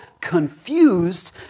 confused